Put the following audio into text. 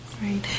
Right